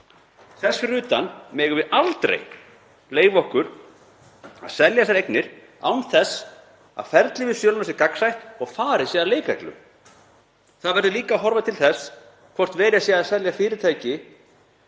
Þess utan megum við aldrei leyfa okkur að selja þessar eignir án þess að ferlið við söluna sé gagnsætt og farið sé að leikreglum. Það verður líka að horfa til þess hvort verið sé að selja fyrirtæki